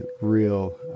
real